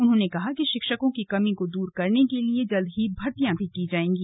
उन्होंने कहा कि शिक्षकों की कमी को दूर करने के लिए जल्द ही भर्तियां की जाएंगी